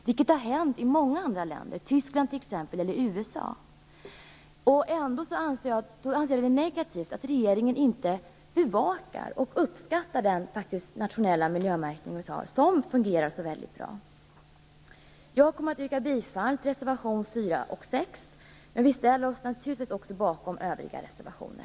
Det har hänt i många länder, t.ex. i Tyskland och USA. Jag anser det negativt att regeringen inte bevakar och uppskattar den nationella miljömärkningen i dag, som fungerar så bra. Jag yrkar bifall till reservationerna 4 och 6. Vi ställer oss naturligtvis också bakom övriga reservationer.